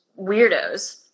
weirdos